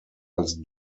als